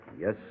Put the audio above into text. Yes